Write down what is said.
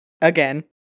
Again